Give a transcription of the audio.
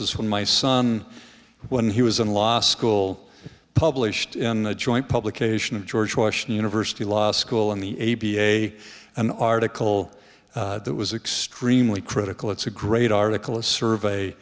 is when my son when he was in law school published in a joint publication of george washington university law school in the a b a an article that was extremely critical it's a great article a survey